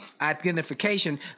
identification